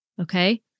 okay